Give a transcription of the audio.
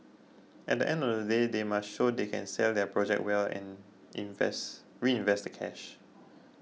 at the end of the day they must show they can sell their project well and invest reinvest the cash